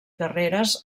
guerreres